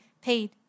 paid